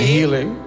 healing